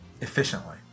efficiently